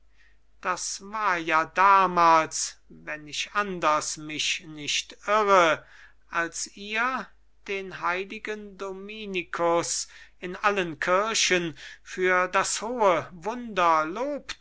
das war ja damals wenn ich anders mich nicht irre als ihr den heiligen dominikus in allen kirchen für das hohe wunder